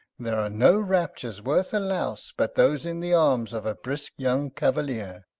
there are no raptures worth a louse, but those in the arms of a brisk young cavalier.